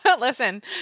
Listen